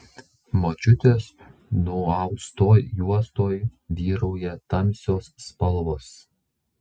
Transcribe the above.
močiutės nuaustoj juostoj vyrauja tamsios spalvos